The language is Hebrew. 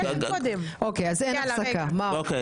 אין הפסקה, מה עוד?